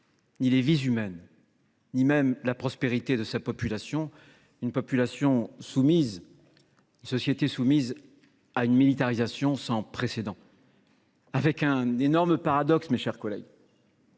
ni les vies humaines, ni même la prospérité de sa population soumise à une militarisation sans précédent. On constate un énorme paradoxe, mes chers collègues